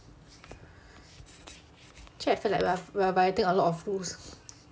actually I feel like we're we're violating a lot of rules